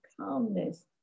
calmness